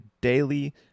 daily